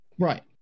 Right